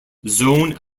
zone